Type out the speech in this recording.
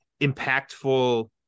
impactful